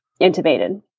intubated